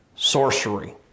sorcery